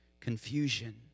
confusion